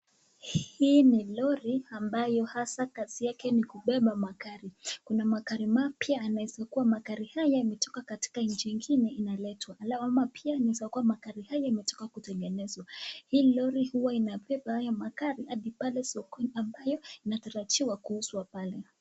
Hii ni lori ambayo hasa kazi yake ni kubeba magari, kuna magari mapya, inaweza kua magari haya yametoka nchi ingine inaletwa, ama pia inaweza kua magari haya imetoka kutengenezwa. Hii lori pia huwa inabeba haya magari pale sokoni ambayo inatarajia kuuzwa pale.